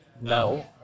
No